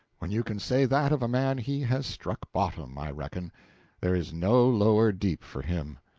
when you can say that of a man, he has struck bottom, i reckon there is no lower deep for him.